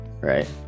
right